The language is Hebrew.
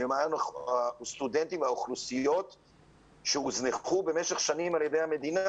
למען הסטודנטים מהאוכלוסיות שהוזנחו במשך שנים על-ידי המדינה.